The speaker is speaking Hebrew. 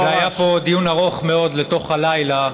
והיה פה דיון ארוך מאוד לתוך הלילה,